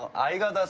i got